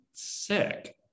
Sick